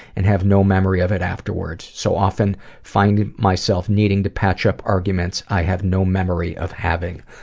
and have no memory of it afterwards, so often finding myself needing to patch up arguments i have no memory of having.